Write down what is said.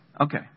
Okay